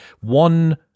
One